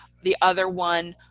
the other one,